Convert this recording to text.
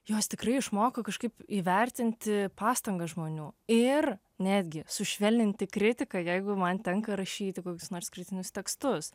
jos tikrai išmoko kažkaip įvertinti pastangas žmonių ir netgi sušvelninti kritiką jeigu man tenka rašyti kokius nors kritinius tekstus